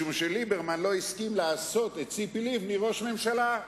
משום שליברמן לא הסכים לעשות את ציפי לבני ראש ממשלה.